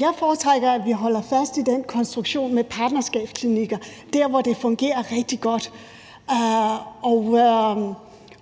Jeg foretrækker, at vi holder fast i den konstruktion med partnerskabsklinikker der, hvor det fungerer rigtig godt,